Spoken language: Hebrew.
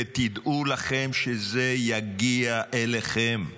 ותדעו לכם שזה יגיע אליכם.